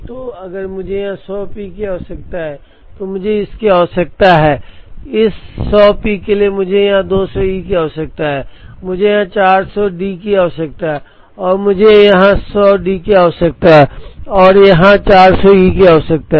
तो अगर मुझे यहाँ 100 P की आवश्यकता है तो मुझे इसकी आवश्यकता है इस 100 P के लिए मुझे यहाँ 200 E की आवश्यकता है मुझे यहाँ 400 D की आवश्यकता है और मुझे यहाँ 100 D की आवश्यकता है और यहाँ 400 E की आवश्यकता है